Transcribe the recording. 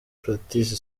patrice